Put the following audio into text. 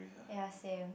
ya same